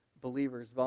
believers